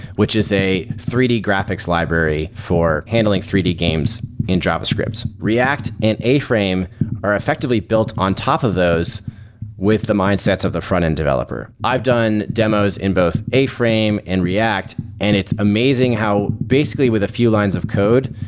which is a three d graphics library for handling three d games in javascript. react and a-frame are effectively built on top of those with the mindsets of the frontend developer. i've done demos in both a-frame and react and it's amazing how, basically with a few lines of code,